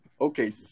okay